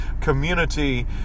community